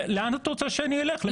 לאן את רוצה שאני אלך, למשרד המים?